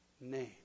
name